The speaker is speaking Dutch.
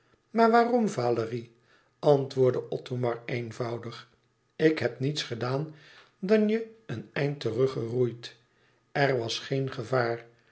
maar waarom valérie antwoordde othomar eenvoudig ik heb niets gedaan dan je een eind teruggeroeid er was geen gevaar